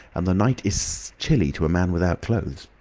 and the night is chilly to a man without clothes.